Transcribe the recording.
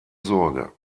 sorge